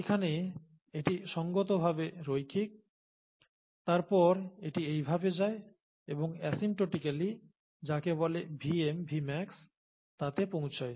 এখানে এটি সঙ্গতভাবে রৈখিক তারপর এটি এভাবে যায় এবং আসিম্পটোটিক্যালি যাকে বলে Vm Vmax তাতে পৌঁছায়